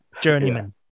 Journeyman